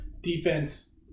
defense